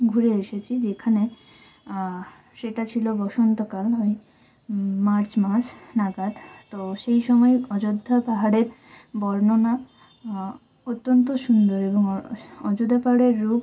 ঘুরে এসেছি যেখানে সেটা ছিলো বসন্তকালে মার্চ মাস নাগাদ তো সেই সময় অযোধ্যা পাহাড়ের বর্ণনা অত্যন্ত সুন্দর এবং অযোধ্যা পাহাড়ের রূপ